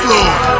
Lord